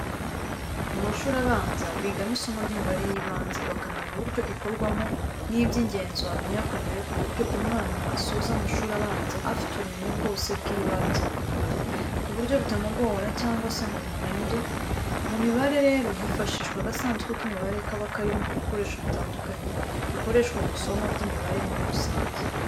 Mu mashuri abanza bigamo isomo ry'imibare y'ibanze bakamenya uburyo ikorwamo n'iby'ingenzi wamenya ku mibare ku buryo umwana asoza amashuri abanza afite ubumenyi bwose bw'ibanze ku mibare, ku buryo bitamugora cyangwa se ngo bimunanire. Mu mibare rero hifashishwa agasanduku k'imibare kaba karimo ibikoresho bitandukanye, bikoreshwa mu isomo ry'imibare muri rusange.